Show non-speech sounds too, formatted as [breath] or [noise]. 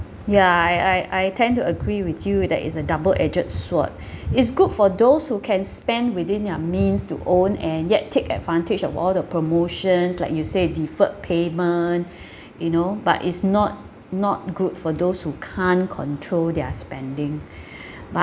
ya I I I tend to agree with you that it's a double-edged sword [breath] is good for those who can spend within their means to own and yet take advantage of all the promotions like you say deferred payment [breath] you know but it's not not good for those who can't control their spending [breath] but